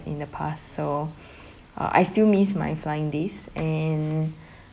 in the past so uh I still miss my flying days and